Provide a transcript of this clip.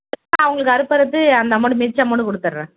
next அவங்களுக்கு அறுப்பறுத்து அந்த அமௌண்ட் மிச்சம் அமௌண்ட் கொடுத்துறேன்